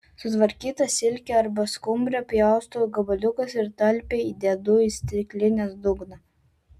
sutvarkytą silkę arba skumbrę pjaustau gabaliukais ir talpiai dedu į silkinės dugną